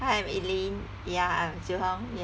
hi eileen ya I'm xiu-hong